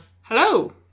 Hello